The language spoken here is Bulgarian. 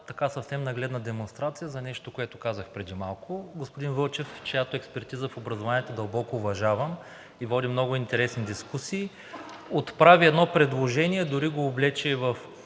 една съвсем нагледна демонстрация за нещо, което казах преди малко. Господин Вълчев, чиято експертиза в образованието дълбоко уважавам и води много интересни дискусии, отправи едно предложение, дори го облече в